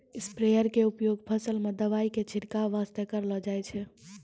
sprayer के उपयोग फसल मॅ दवाई के छिड़काब वास्तॅ करलो जाय छै